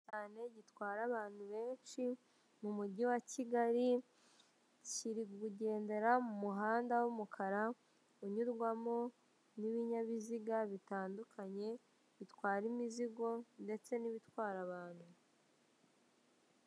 Cyane gitwara abantu benshi mu mujyi wa kigali kiri kugendera mu muhanda w'umukara unyurwamo n'ibinyabiziga bitandukanye bitwara imizigo ndetse n'ibitwara abantu.